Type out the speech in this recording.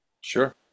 Sure